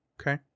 Okay